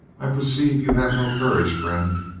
i perceive you have no courage, friend.